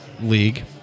league